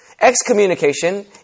Excommunication